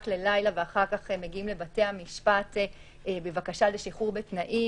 ללילה ואחר כך מגיעים לבתי המשפט בבקשה לשחרור בתנאים,